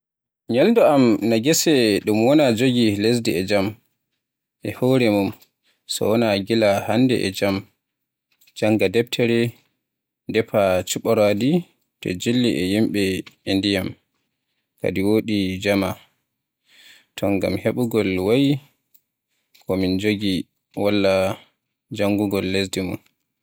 Ñalɗo am na gese ɗum wona jogii lesdi e jam, e hoore mum, so wona gila haande e njama, janga deftere, defa cuɓoraaɗi, tee njilli e yimɓe e ndiyam, kadi woɗi njama ton. Ngam heɓugol wayi ko min ngoodi walla njangugol lesdi mum.